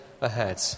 ahead